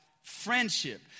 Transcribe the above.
Friendship